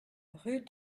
rue